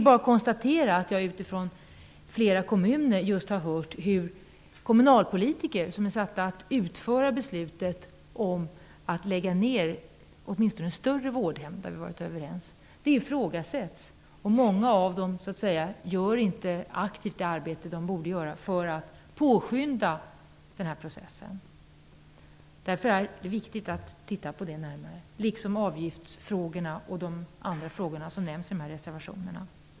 Jag konstaterar bara att jag från flera kommuner hört hur kommunalpolitiker som är satta att utföra beslutet om att lägga ned åtminstone större vårdhem -- något som vi varit överens om -- ifrågasätts, och många gör inte aktivt det arbete som de borde göra för att påskynda denna process. Det är därför viktigt att titta närmare på detta, liksom när det gäller avgiftsfrågorna och övriga frågor som nämns i reservationerna.